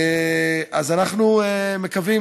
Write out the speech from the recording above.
אנחנו מקווים,